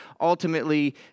ultimately